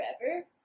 forever